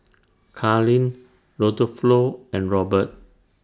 Karlene Rodolfo and Robert